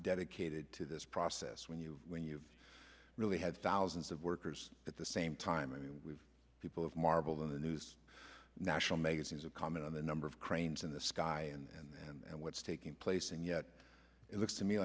dedicated to this process when you when you really have thousands of workers at the same time i mean we've people have marveled in the news national magazines of comment on the number of cranes in the sky and what's taking place and yet it looks to me